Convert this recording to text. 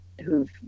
who've